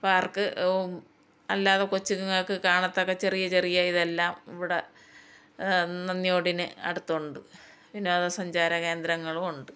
park അല്ലാതെ കൊച്ചുങ്ങൾക്ക് കാണത്തക്ക ചെറിയ ചെറിയ ഇതെല്ലാം ഇവിടെ നന്ദിയോടിന് അടുത്തുണ്ട് വിനോദ സഞ്ചാര കേന്ദ്രങ്ങളുമുണ്ട്